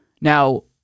Now